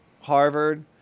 Harvard